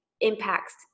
impacts